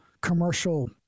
commercial